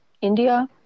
india